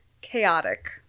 chaotic